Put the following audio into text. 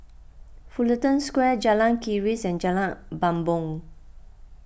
Fullerton Square Jalan Keris and Jalan Bumbong